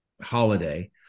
holiday